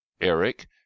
Eric